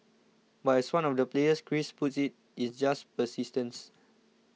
but as one of the players Chris puts it It's just persistence